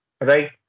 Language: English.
Right